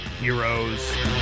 heroes